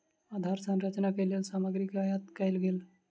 आधार संरचना के लेल सामग्री के आयत कयल गेल